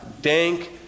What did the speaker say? dank